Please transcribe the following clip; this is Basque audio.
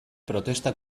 protesta